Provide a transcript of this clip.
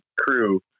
crew